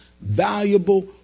valuable